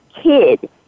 kid